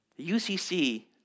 UCC